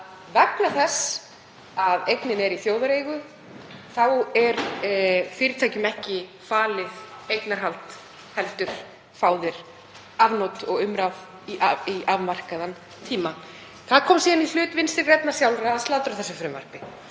vegna þess að auðlindin er í þjóðareigu er fyrirtækjum ekki falið eignarhald, heldur að fá afnot og umráð í afmarkaðan tíma. Það kom síðan í hlut Vinstri grænna sjálfra að slátra þessu frumvarpi.